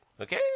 Okay